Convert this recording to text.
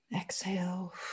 exhale